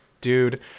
Dude